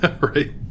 right